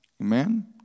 Amen